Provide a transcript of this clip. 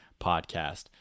podcast